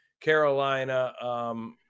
Carolina